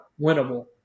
winnable